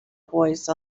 voice